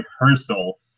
rehearsal